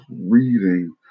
reading